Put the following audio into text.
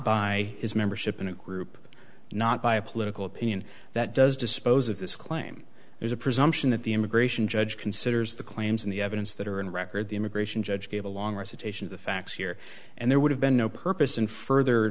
by his membership in a group not by a political opinion that does dispose of this claim there's a presumption that the immigration judge considers the claims in the evidence that are in a record the immigration judge gave a long recitation of the facts here and there would have been no purpose and further